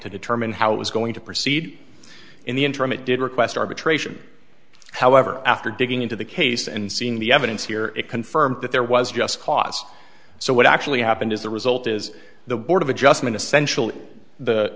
to determine how it was going to proceed in the interim it did request arbitration however after digging into the case and seeing the evidence here it confirms that there was just cost so what actually happened is the result is the board of adjustment essentially the